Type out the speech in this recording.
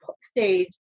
stage